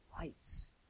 lights